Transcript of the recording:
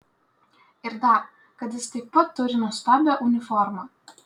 ir dar kad jis taip pat turi nuostabią uniformą